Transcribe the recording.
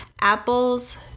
apples